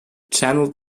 channel